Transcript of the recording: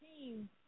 team